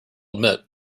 admit